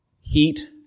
heat